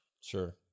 Sure